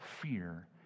fear